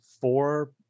four